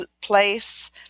place